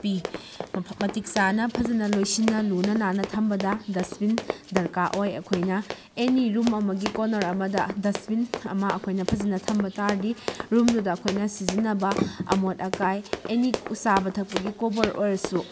ꯄꯤ ꯃꯇꯤꯛ ꯆꯥꯅ ꯐꯖꯅ ꯂꯣꯏꯁꯤꯟꯅ ꯂꯨꯅ ꯅꯥꯟꯅ ꯊꯝꯕꯗ ꯗꯁꯕꯤꯟ ꯗꯔꯀꯥꯔ ꯑꯣꯏ ꯑꯩꯈꯣꯏꯅ ꯑꯦꯅꯤ ꯔꯨꯝ ꯑꯃꯒꯤ ꯀꯣꯔꯅꯔ ꯑꯃꯗ ꯗꯁꯕꯤꯟ ꯑꯃ ꯑꯩꯈꯣꯏꯅ ꯐꯖꯅ ꯊꯝꯕ ꯇꯥꯔꯕꯗꯤ ꯔꯨꯝꯗꯨꯗ ꯑꯩꯈꯣꯏꯅ ꯁꯤꯖꯤꯟꯅꯕ ꯑꯃꯣꯠ ꯑꯀꯥꯏ ꯑꯦꯅꯤ ꯆꯥꯕ ꯊꯛꯄꯒꯤ ꯀꯣꯕꯔ ꯑꯣꯏꯔꯁꯨ